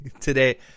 Today